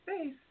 space